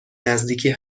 نزدیکی